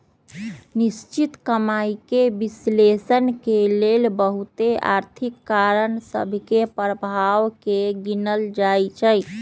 निश्चित कमाइके विश्लेषण के लेल बहुते आर्थिक कारण सभ के प्रभाव के गिनल जाइ छइ